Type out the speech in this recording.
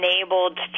enabled